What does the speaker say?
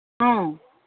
ꯎꯝ